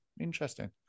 Interesting